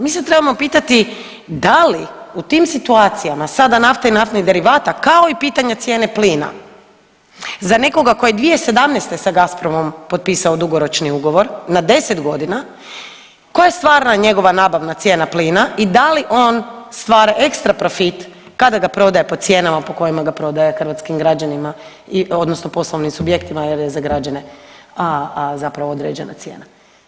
Mi se trebamo pitati da li u tim situacijama sada nafte i naftnih derivata, kao i pitanje cijene plina, za nekoga tko je 2017. sa GAZPROM-om potpisao dugoročni ugovor na 10 godina, koja je stvarna njegova nabavna cijena plina i da li on stvara ekstra profit kada ga prodaje po cijenama po kojima ga prodaje hrvatskim građanima i odnosno poslovnim subjektima jer je za građane zapravo određena cijena.